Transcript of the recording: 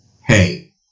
Hey